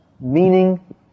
meaning